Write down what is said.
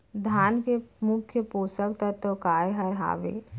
धान के मुख्य पोसक तत्व काय हर हावे?